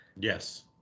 Yes